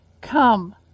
Come